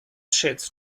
schätzt